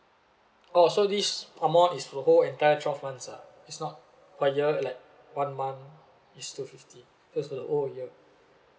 orh so this amount is the whole entire twelve months ah it's not per year like one month is two fifty just the whole year